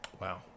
Wow